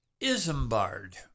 Isambard